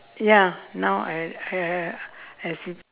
ya now I I I I as if